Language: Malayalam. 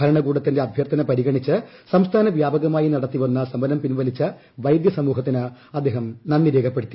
ഭരണകൂടത്തിന്റെ അഭ്യർത്ഥന പരിഗണിച്ച് ്സംസ്ഥാന വ്യാപകമായി നടത്തി വന്ന സമരം പിൻവലിച്ച വൈദ്യ സമൂഹത്തിന് അദ്ദേഹം നന്ദിയും രേഖപ്പെടുത്തി